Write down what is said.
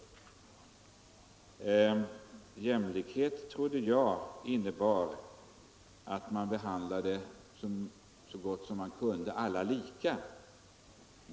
Ja, jämlikhet trodde jag innebar att man behandlade, så gott man kunde, alla lika.